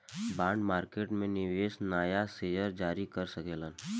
bond market में निवेशक नाया शेयर जारी कर सकेलन